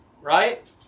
Right